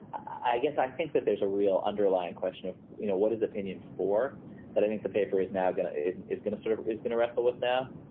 i guess i think that there's a real underlying question of you know what is opinion for that. i think the paper is now going to it and is going to sort of is going to wrestle with them.